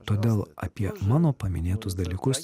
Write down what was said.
todėl apie mano paminėtus dalykus